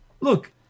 look